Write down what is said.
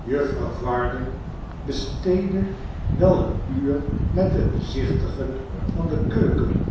juffrouw varden besteedde wel een uur met het bezichtigen van de keuken